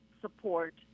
support